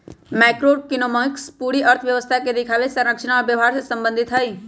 macroeconomics पूरी अर्थव्यवस्था के दिखावे, संरचना और व्यवहार से संबंधित हई